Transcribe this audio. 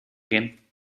gehen